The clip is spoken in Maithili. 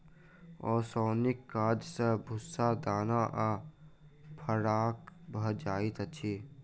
ओसौनीक काज सॅ भूस्सा दाना सॅ फराक भ जाइत अछि